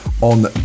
on